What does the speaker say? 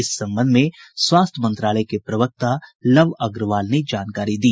इस संबंध में स्वास्थ्य मंत्रालय के प्रवक्ता लव अग्रवाल ने जानकारी दी